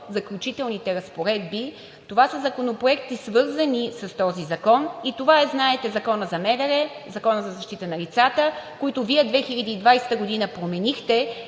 Заключителните разпоредби, това са законопроекти, свързани с този закон, и това е, знаете, Законът за МВР, Законът за защита на лицата, които Вие 2020 г. променихте